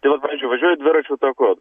tai vat pradžioj važiuoju dviračių taku